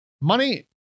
Money